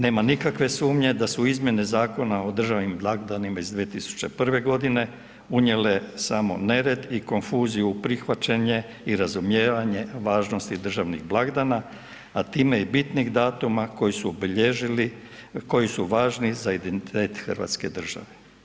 Nema nikakve sumnje da su izmjene Zakona o državnim blagdanima iz 2001.g. unijele samo nered i konfuziju u prihvaćenje i razumijevanje važnosti državnih blagdana, a time i bitnih datuma koji su obilježili, koji su važni za identitet hrvatske države.